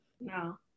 No